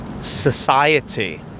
society